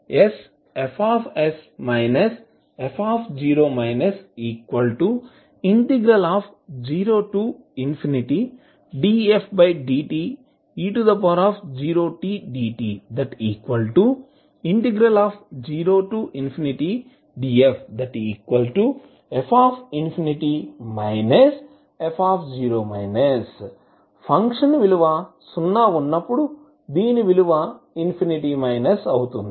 sFs f0dfdte0tdt0dff f function విలువ సున్నా ఉన్నప్పుడు దీని విలువ ఇన్ఫినిటీ మైనస్ అవుతుంది